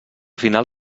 final